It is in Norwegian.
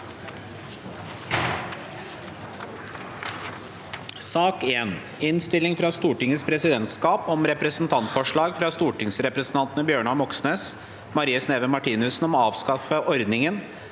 2023 Innstilling fra Stortingets presidentskap om Representantforslag fra stortingsrepresentantene Bjørnar Moxnes og Marie Sneve Martinussen om å avskaffe ordningen